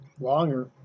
Longer